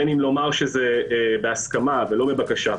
בין אם לומר שזה בהסכמה ולא בבקשה,